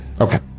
Okay